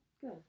good